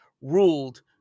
ruled